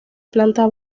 planta